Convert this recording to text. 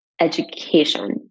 education